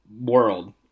world